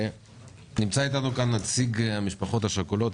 נמצא איתנו כאן נציג המשפחות השכולות,